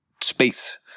space